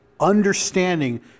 understanding